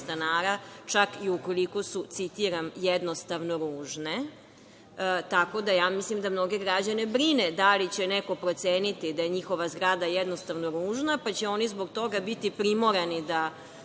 stanara, čak i ukoliko su, citiram „jednostavno ružne“. Tako da ja mislim da mnoge građane brine da li će neko proceniti da je njihova zgrada jednostavno ružna, pa će oni zbog toga biti primorani da